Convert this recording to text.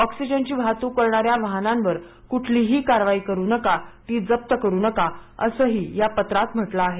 oxygen ची वाहतूक करणाऱ्या वाहनांवर कुठलीही कारवाई करू नका ती जप्त करू नका असंही या पत्रात म्हटलं आहे